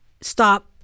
stop